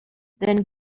then